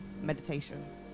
meditation